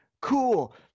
cool